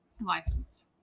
license